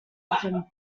him